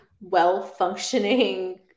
well-functioning